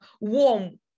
warm